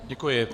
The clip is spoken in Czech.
Děkuji.